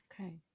Okay